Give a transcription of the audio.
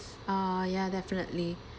ah ya definitely